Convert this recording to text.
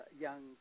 young